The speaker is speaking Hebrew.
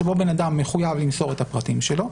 שבו בן אדם מחויב למסור את הפרטים שלו,